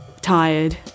tired